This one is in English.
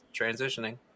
transitioning